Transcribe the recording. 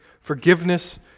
forgiveness